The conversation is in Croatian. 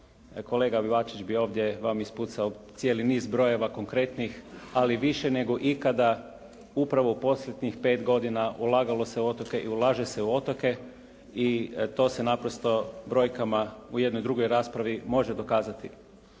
ne razumije./ … bi ovdje vam ispucao cijeli niz brojeva konkretnih ali više nego ikada upravo posljednjih 5 godina ulagalo se u otoke i ulaže se u otoke i to se naprosto brojkama u jednoj drugoj raspravi može dokazati.